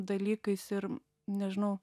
dalykais ir nežinau